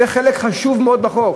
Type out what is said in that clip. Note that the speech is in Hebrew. זה חלק חשוב מאוד בחוק.